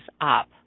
up